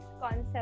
concept